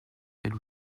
telle